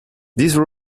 these